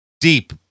deep